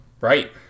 Right